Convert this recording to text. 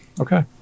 okay